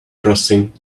crossing